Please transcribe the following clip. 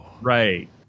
right